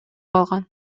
алган